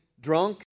drunk